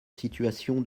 situation